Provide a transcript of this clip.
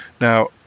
Now